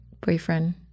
boyfriend